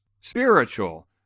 spiritual